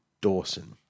Dawson